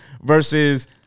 versus